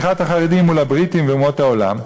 תמיכת החרדים מול הבריטים ואומות העולם,